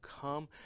come